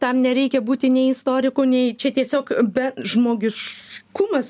tam nereikia būti nei istoriku nei čia tiesiog be žmogiškumas